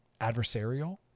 adversarial